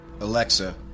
Alexa